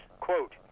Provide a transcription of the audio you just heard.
quote